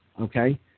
okay